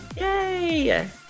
Yay